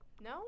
No